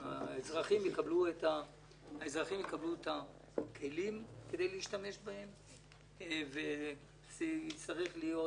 שהאזרחים יקבלו את הכלים כדי להשתמש בהם וזה יצטרך להיות